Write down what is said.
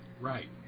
right